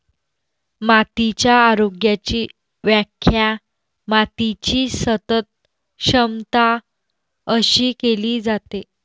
मातीच्या आरोग्याची व्याख्या मातीची सतत क्षमता अशी केली जाते